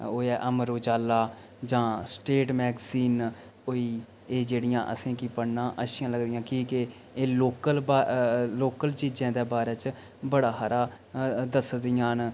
ओह् ऐ अमर उजाला जां स्टेट मैगजीन होई एह् जेह्ड़ियां असेंगी पढ़ना अच्छियां लगदियां कि के एह् लोकल लोकल चीज़ें दे बारै च बड़ा हारा दसदियां न